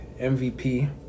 MVP